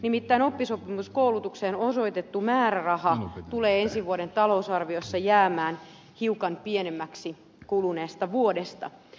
nimittäin oppisopimuskoulutukseen osoitettu määräraha tulee ensi vuoden talousarviossa jäämään hiukan pienemmäksi kuluneesta vuodesta